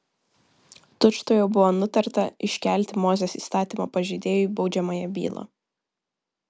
tučtuojau buvo nutarta iškelti mozės įstatymo pažeidėjui baudžiamąją bylą